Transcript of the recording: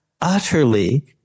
utterly